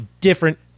different